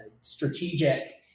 strategic